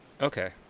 Okay